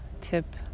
tip